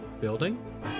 building